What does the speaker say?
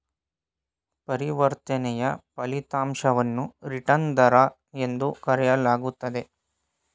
ಪರಿವರ್ತನೆಯ ಫಲಿತಾಂಶವನ್ನು ರಿಟರ್ನ್ ದರ ಎಂದು ಕರೆಯಲಾಗುತ್ತೆ